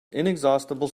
inexhaustible